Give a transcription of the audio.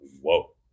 whoa